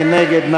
מי נגד?